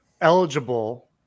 eligible